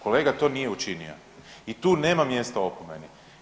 Kolega to nije učinio i tu nema mjesta opomeni.